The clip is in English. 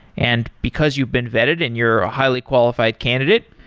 and because you've been vetted and you're a highly qualified candidate,